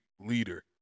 leader